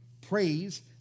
Praise